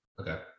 Okay